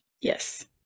Yes